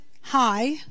Hi